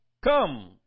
come